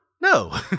No